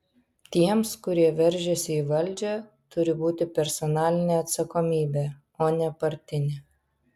tiems kurie veržiasi į valdžią turi būti personalinė atsakomybė o ne partinė